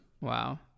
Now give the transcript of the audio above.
Wow